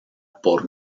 por